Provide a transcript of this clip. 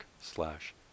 slash